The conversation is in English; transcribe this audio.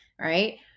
right